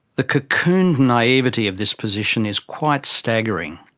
the cocooned naivety of this position is quite staggering.